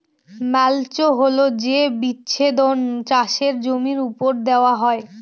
mulch হল যে আচ্ছাদন চাষের জমির ওপর দেওয়া হয়